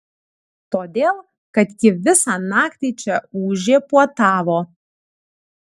todėl kad ji visą naktį čia ūžė puotavo